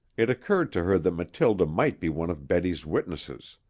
it occurred to her that mathilde might be one of betty's witnesses.